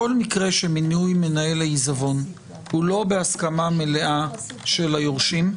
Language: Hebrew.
כל מקרה של מינוי מנהל העיזבון הוא לא בהסכמה מלאה של היורשים.